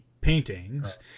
paintings